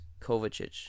Kovacic